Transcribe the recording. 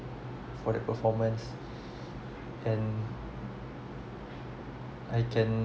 for that performance then I can